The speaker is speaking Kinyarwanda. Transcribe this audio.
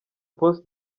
post